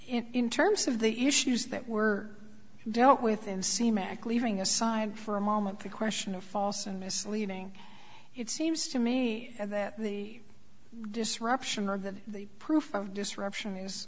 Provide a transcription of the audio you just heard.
in terms of the issues that were dealt with in c mac leaving aside for a moment the question of false and misleading it seems to me that the disruption of the proof of disruption is